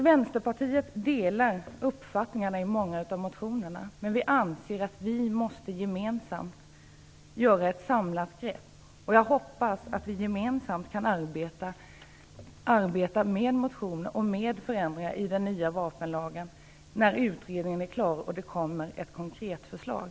Vänsterpartiet delar alltså de uppfattningar som framkommer i många av motionerna, men vi anser att det behövs ett gemensamt, ett samlat, grepp. Jag hoppas att vi gemensamt skall kunna arbeta med motionerna och med förändringar i den nya vapenlagen när utredningen väl är klar och det kommer ett konkret förslag.